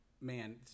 man